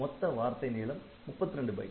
மொத்த வார்த்தை நீளம் 32 பைட்